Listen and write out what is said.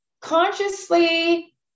Consciously